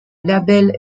label